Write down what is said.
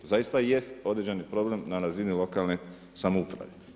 Zaista jest određeni problem na razini lokalne samouprave.